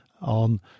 on